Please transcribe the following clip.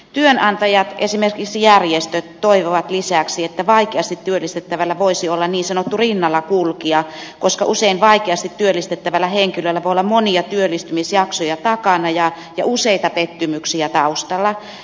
työnantajat esimerkiksi järjestöt toivovat lisäksi että vaikeasti työllistettävällä voisi olla niin sanottu rinnallakulkija koska usein vaikeasti työllistettävällä henkilöllä voi olla monia työllistymisjaksoja takana ja useita pettymyksiä taustalla